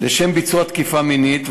לשם ביצוע תקיפה מינית,